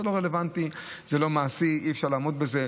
זה לא רלוונטי, זה לא מעשי, אי-אפשר לעמוד בזה.